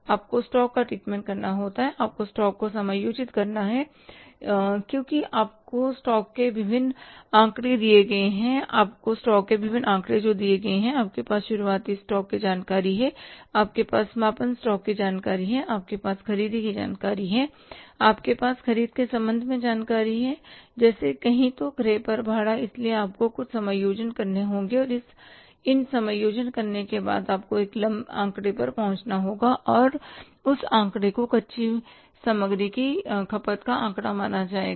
आपको स्टॉक का ट्रीटमेंट करना है आपको स्टॉक को समायोजित करना है क्योंकि आपको स्टॉक के विभिन्न आंकड़े दिए गए हैं आपको स्टॉक के विभिन्न आंकड़े दिए गए हैं आपके पास शुरुआती स्टॉक की जानकारी है आपके पास समापन स्टॉक की जानकारी है आप के पास खरीदी की जानकारी है आपके पास ख़रीद के संबंध में जानकारी है जैसे कहीं तो क्रय पर भाड़ा इसलिए आपको कुछ समायोजन करने होंगे और इन समायोजन करने के बाद आपको एक आंकड़े पर पहुँचना होगा और उस आंकड़े को कच्ची सामग्री की खपत का आंकड़ा कहा जाएगा